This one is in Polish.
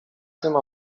tym